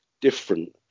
different